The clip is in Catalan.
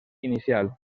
inicial